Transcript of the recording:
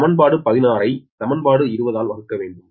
சமன்பாடு 16 ஐ சமன்பாடு 20 ஆல் வகுக்க வேண்டும்